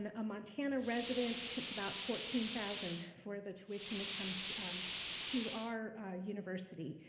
and a montana resident, it's about fourteen thousand for the tuition that comes to our university.